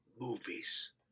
movies